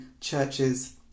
churches